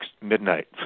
midnight